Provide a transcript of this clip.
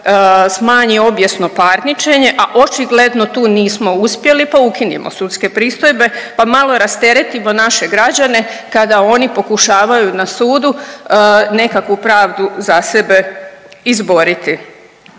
smanji obijesno parničenje, a očigledno tu nismo uspjeli, pa ukinimo sudske pristojbe pa malo rasteretimo naše građane kada oni pokušavaju na sudu nekakvu pravdu za sebe izboriti.